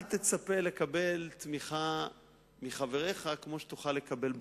אל תצפה לקבל תמיכה מחבריך כמו שתוכל לקבל בחוץ.